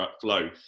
flow